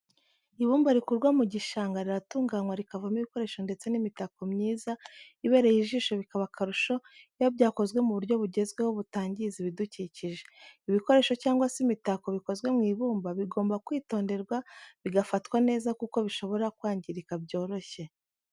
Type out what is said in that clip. Ibumba rikurwa mu gishanga riratunganywa rikavamo ibikoresho ndetse n'imitako myiza ibereye ijisho bikaba akarusho iyo byakozwe mu buryo bugezweho butangiza ibidukikije. ibikoresho cyangwa se imitako bikozwe mu ibumba bigomba kwitonderwa bigafatwa neza kuko bishobora kwangirika byoroshye.